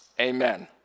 Amen